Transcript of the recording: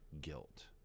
guilt